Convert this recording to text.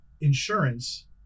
Insurance